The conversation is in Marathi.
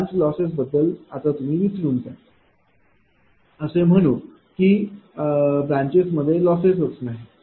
ब्रांच लॉसेस बद्दल विसरून जा असे म्हणू की ब्रांचेस मध्ये लॉसेस च नाहीत